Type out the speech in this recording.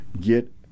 Get